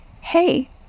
Hey